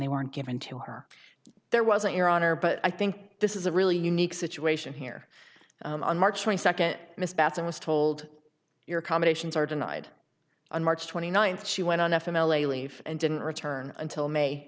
they weren't given to her there wasn't your honor but i think this is a really unique situation here on march twenty second miss bateson was told your combinations are denied on march twenty ninth she went on f m l a leave and didn't return until may